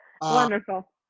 Wonderful